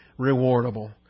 rewardable